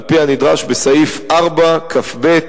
על-פי הנדרש בסעיף 4כב(ה)